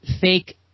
fake